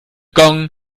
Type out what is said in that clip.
gong